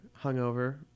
hungover